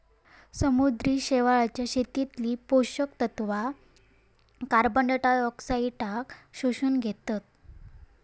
समुद्री शेवाळाच्या शेतीतली पोषक तत्वा कार्बनडायऑक्साईडाक शोषून घेतत